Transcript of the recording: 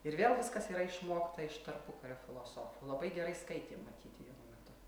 ir vėl viskas yra išmokta iš tarpukario filosofų labai gerai skaitė matyt vienu metu